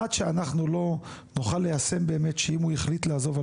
עד שאנחנו לא נוכל ליישם באמת שאם הוא החליט לעזוב על